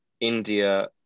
india